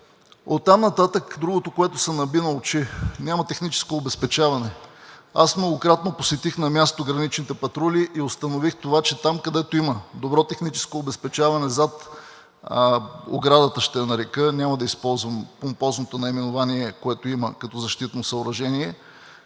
Оттам нататък другото, което се наби на очи: няма техническо обезпечаване. Аз многократно посетих на място граничните патрули и установих това, че там, където има добро техническо обезпечаване – зад оградата, ще я нарека – няма да използвам помпозното наименование, което има като защитно съоръжение,